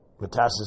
metastasis